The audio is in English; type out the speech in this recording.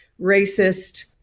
racist